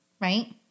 right